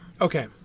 Okay